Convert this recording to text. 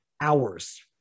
hours